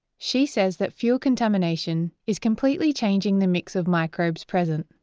she says that fuel contamination is completely changing the mix of microbes present.